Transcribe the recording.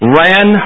ran